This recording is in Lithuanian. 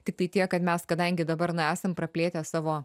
tiktai tiek kad mes kadangi dabar esam praplėtę savo